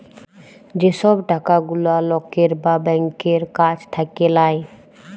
যে সব টাকা গুলা লকের বা ব্যাংকের কাছ থাক্যে লায়